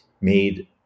made